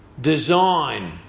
design